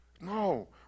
No